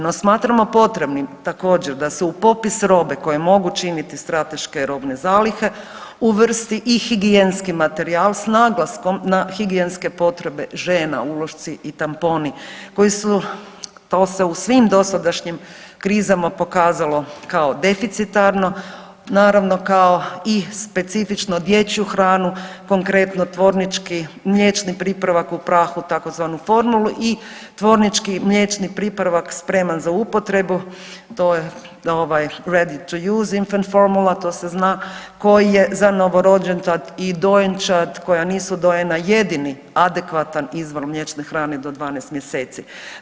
No smatramo potrebnim također da se u popis robe koje mogu činiti strateške robne zalihe uvrsti i higijenski materijal s naglaskom na higijenske potrebe žena, ulošci i tamponi koji su, to se u svim dosadašnjim krizama pokazalo kao deficitarno, naravno kao i specifično dječju hranu, konkretno tvornički mliječni pripravak u prahu tzv. formulu i tvornički mliječni pripravak spreman za upotrebu, to je ovaj … [[Govornik se ne razumije]] to se zna koji je za novorođenčad i dojenčad koja nisu dojena jedini adekvatan izvor mliječne hrane do 12 mjeseci.